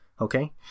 Okay